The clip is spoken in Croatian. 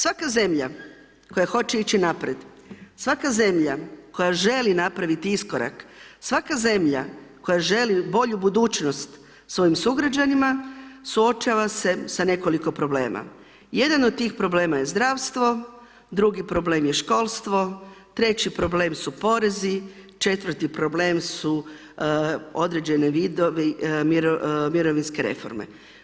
Svaka zemlja koja hoće ići naprijed, svaka zemlja koja želi napraviti iskorak, svaka zemlja koja želi u bolju budućnost svojim sugrađanima, suočava se sa nekoliko problema. jedan od tih problema je zdravstvo, drugi problem je školstvo, treći problem su porezi, četvrti problem su određene vidovi mirovinske reforme.